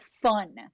fun